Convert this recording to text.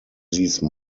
these